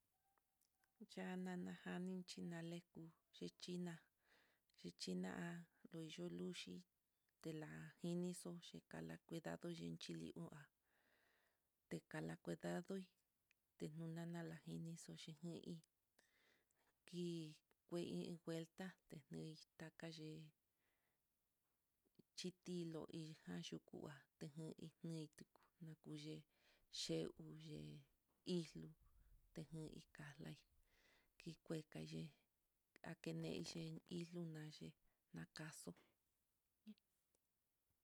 Yanana janichi naleku, xhichina xhina'a noyuiluxi ti'a kini xhoxi, kala cuidado xhi chilí, uhá tekala cuidadoi nulala naajinixo xhinii hí kuii ngueltate lui kayee, xhitilu hija yuu ngua eitu nakuyee, yeikuye ixlo tejun kalai ikue kayei há kineic una c kaxo.